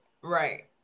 Right